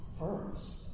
first